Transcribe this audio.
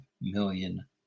million